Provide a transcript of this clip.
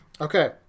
Okay